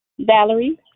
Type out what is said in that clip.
Valerie